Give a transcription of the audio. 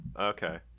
Okay